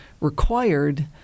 required